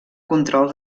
control